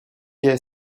est